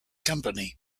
company